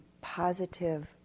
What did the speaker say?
positive